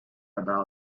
about